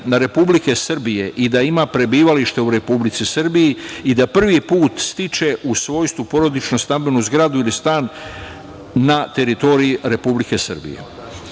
Republike Srbije i da ima prebivalište u Republici Srbiji i da prvi put stiče u svojstvu porodično stambenu zgradu ili stan na teritoriji Republike Srbije. Ovo